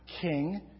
king